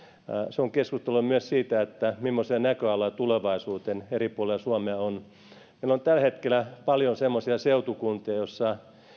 se on keskustelua myös siitä mimmoisia näköaloja tulevaisuuteen eri puolilla suomea on meillä on tällä hetkellä paljon semmoisia seutukuntia joissa